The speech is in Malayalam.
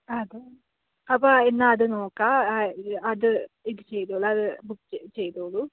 അതെ അപ്പോൾ എന്നാൽ അത് നോക്കാം അത് ഇത് ചെയ്തോളു അത് ബുക്ക് ചെയ്തോളു